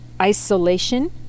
Isolation